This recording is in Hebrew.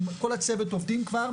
כל הצוות עובדים כבר,